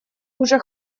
уже